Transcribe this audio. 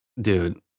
dude